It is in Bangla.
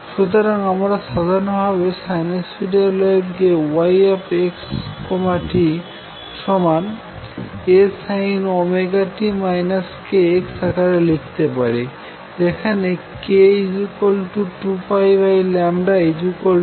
সুতরাং আমরা সাধারন ভাবে সাইনুসইডাল ওয়েভকে y x t A Sinωt kx আকারে লিখতে পারি যেখানে k 2πλ v